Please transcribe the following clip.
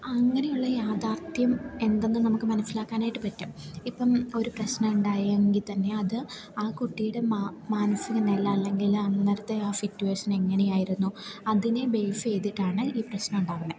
അങ്ങനെയുള്ള യാഥാർത്ഥ്യം എന്തെന്ന് നമുക്ക് മനസ്സിലാക്കാനായിട്ട് പറ്റും ഇപ്പം ഒരു പ്രശ്നം ഉണ്ടായെങ്കിൽ തന്നെ അത് ആ കുട്ടിയുടെ മാനസിക നില അല്ലെങ്കിൽ അന്നേരത്തെ ആ സിറ്റുവേഷൻ എങ്ങനെയായിരുന്നു അതിനെ ബേസ് ചെയ്തിട്ടാണ് ഈ പ്രശ്നം ഉണ്ടാകുന്നത്